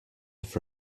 have